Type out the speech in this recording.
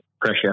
pressure